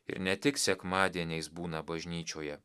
ir ne tik sekmadieniais būna bažnyčioje